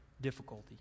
difficulty